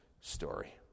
story